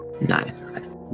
Nine